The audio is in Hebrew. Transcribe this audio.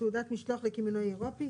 תעודת משלוח לקמעונאי אירופי.